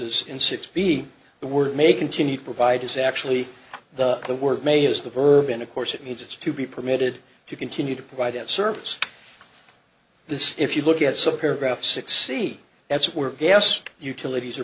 is in six b the word may continue to provide is actually the the word may is the verb and of course it means it's to be permitted to continue to provide that service this if you look at some paragraph six see that's where gas utilities are